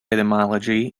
etymology